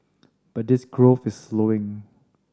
but this growth is slowing